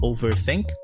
Overthink